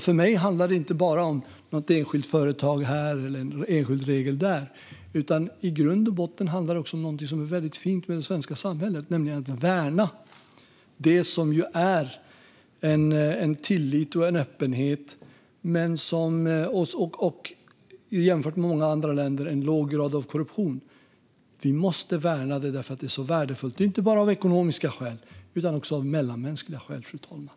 För mig handlar det inte bara om något enskilt företag här eller någon enskild regel där, utan i grund och botten handlar det om något som är väldigt fint med det svenska samhället, nämligen att värna det som är tillit, öppenhet och - jämfört med många andra länder - en låg grad av korruption. Vi måste värna det därför att det är värdefullt, inte bara av ekonomiska skäl utan också av mellanmänskliga skäl, fru talman.